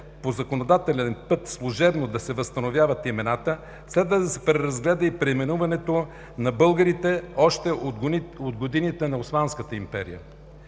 по законодателен път служебно да се възстановяват имената, следва да се преразгледа и преименуването на българите още от годините на Османската империя.